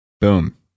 Boom